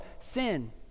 sin